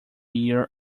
year